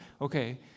Okay